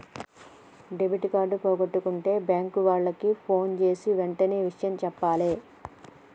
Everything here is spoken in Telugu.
డెబిట్ కార్డు పోగొట్టుకుంటే బ్యేంకు వాళ్లకి ఫోన్జేసి వెంటనే ఇషయం జెప్పాలే